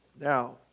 now